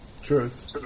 Truth